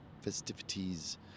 festivities